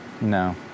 No